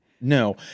No